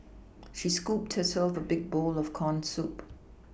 she scooped herself a big bowl of corn soup